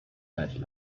bad